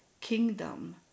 kingdom